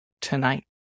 tonight